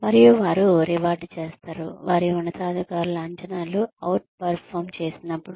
మరియు వారు రివార్డ్ చేస్తారు వారి ఉన్నతాధికారుల అంచనాలు అవుట్ పెర్ఫార్మ్ చేసినప్పుడు